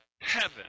heaven